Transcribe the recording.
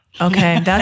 Okay